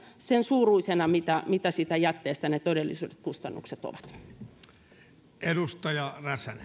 sen suuruisena mitä mitä siitä jätteestä ne todelliset kustannukset ovat